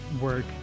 work